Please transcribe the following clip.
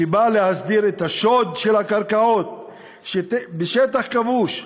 שבא להסדיר את השוד של הקרקעות בשטח כבוש,